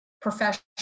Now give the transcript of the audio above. professional